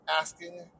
Asking